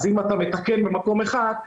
אז אם אתה מתקן במקום אחד,